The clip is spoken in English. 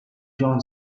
john